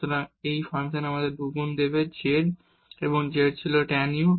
সুতরাং এটি আমাদের 2 গুণ দেবে z এবং z ছিল tan u